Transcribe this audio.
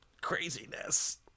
Craziness